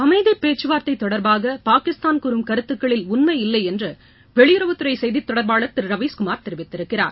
அமைதி பேச்சு வார்த்தை தொடர்பாக பாகிஸ்தான் கூறும் கருத்துக்களில் உன்மை இல்லை என்று வெளியுறவு செய்தித் தொடர்பாளர் திரு ரவிஷ் குமார் தெரிவித்திருக்கிறார்